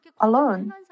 alone